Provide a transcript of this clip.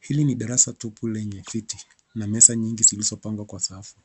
Hili ni darasa tupu lenye viti na meza nyingi zilizopangwa kwa safu.